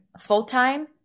full-time